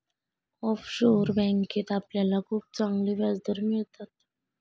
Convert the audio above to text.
offshore बँकेत आपल्याला खूप चांगले व्याजदर मिळतात